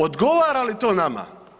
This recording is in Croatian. Odgovara li to nama?